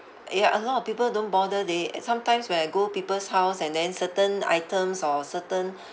ya a lot of people don't bother they sometimes when I go people's house and then certain items or certain